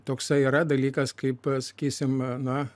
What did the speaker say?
toksai yra dalykas kaip sakysime na